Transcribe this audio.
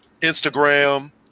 Instagram